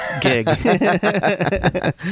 gig